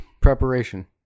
Preparation